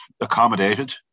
accommodated